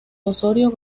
osorio